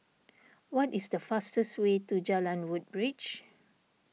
what is the fastest way to Jalan Woodbridge